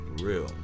Real